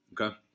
Okay